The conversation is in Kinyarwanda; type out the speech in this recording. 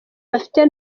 bafite